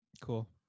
Cool